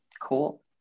Cool